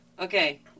Okay